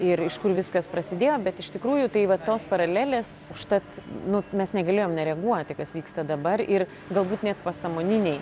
ir iš kur viskas prasidėjo bet iš tikrųjų tai va tos paralelės užtat nu mes negalėjom nereaguoti kas vyksta dabar ir galbūt net pasąmoniniai